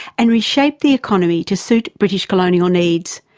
and reshaped the economy to suit british colonial needs.